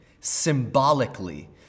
symbolically